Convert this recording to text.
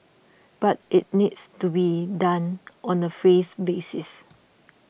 but it needs to be done on a phase basis